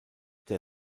der